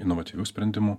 inovatyvių sprendimų